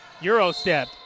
Eurostep